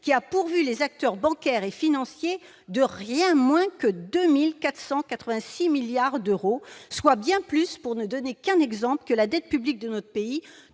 qui a pourvu les acteurs bancaires et financiers de rien moins que 2 486 milliards d'euros, soit bien plus, pour ne donner qu'un exemple, que la dette publique de notre pays,